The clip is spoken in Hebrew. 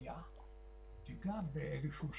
השגיאה הראשונה שהם עשו,